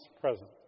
present